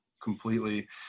completely